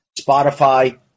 Spotify